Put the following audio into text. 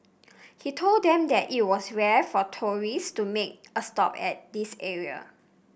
he told them that it was rare for tourist to make a stop at this area